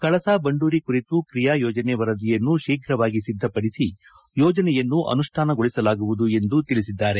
ಕಳಸಾ ಬಂಡೂರಿ ಕುರಿತು ಕ್ರಿಯಾ ಯೋಜನಾ ವರದಿಯನ್ನು ಶೀಘವಾಗಿ ಸಿದ್ದಪಡಿಸಿ ಯೋಜನೆಯನ್ನು ಅನುಷ್ಟಾನಗೊಳಿಸಲಾಗುವುದು ಎಂದು ತಿಳಿಸಿದ್ದಾರೆ